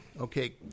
Okay